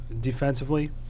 defensively